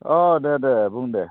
औ दे दे बुं दे